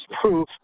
proof